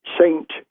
Saint